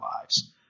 lives